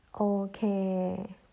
Okay